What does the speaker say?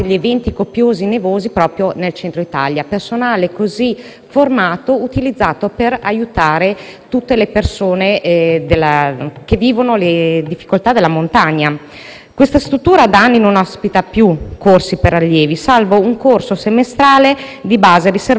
dunque utilizzato per aiutare tutte le persone che vivono le difficoltà della montagna. Questa struttura da anni non ospita più corsi per allievi, salvo un corso semestrale di base riservato alle Fiamme oro, in fase sperimentale. Si tratta quindi di una struttura che viene